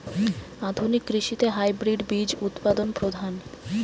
আধুনিক কৃষিতে হাইব্রিড বীজ উৎপাদন প্রধান